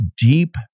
deep